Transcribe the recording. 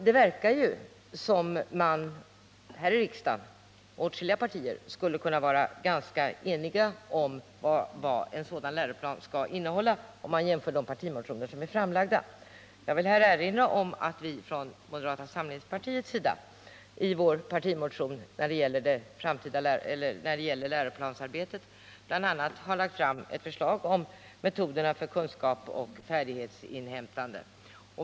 Det verkar ju som om åtskilliga partier här i riksdagen skulle kunna vara eniga om vad en sådan läroplan skall innehålla, om man jämför de partimotioner som är framlagda. Jag vill erinra om att moderata samlingspartiet i partimotionen om läroplansarbetet bl.a. lagt fram ett förslag om metoderna för kunskapsoch färdighetsinhämtande.